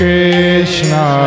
Krishna